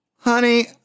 honey